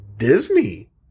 disney